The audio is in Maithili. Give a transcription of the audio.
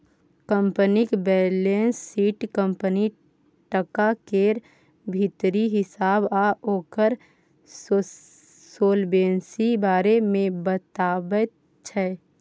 कंपनीक बैलेंस शीट कंपनीक टका केर भीतरी हिसाब आ ओकर सोलवेंसी बारे मे बताबैत छै